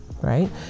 right